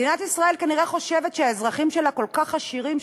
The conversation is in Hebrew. מדינת ישראל כנראה חושבת שהאזרחים שלה כל כך עשירים,